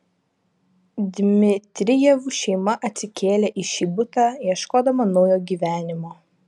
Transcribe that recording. dmitrijevų šeima atsikėlė į šį butą ieškodama naujo gyvenimo